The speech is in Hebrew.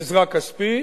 עזרה כספית,